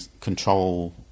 control